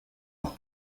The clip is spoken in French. ans